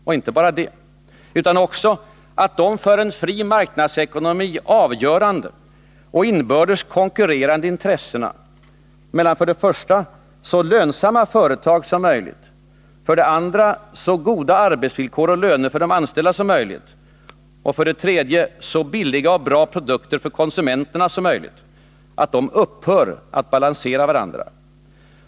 Och inte bara detta, utan också att de för en fri marknadsekonomi avgörande och inbördes konkurrerande intressena mellan för det första så lönsamma företag som möjligt, för det andra så goda arbetsvillkor och löner för de anställda som möjligt och för det tredje så billiga och bra produkter för konsumenterna som möjligt upphör att balansera varandra.